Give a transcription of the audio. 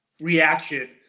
reaction